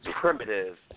primitive